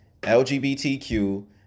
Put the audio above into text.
LGBTQ